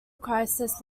crisis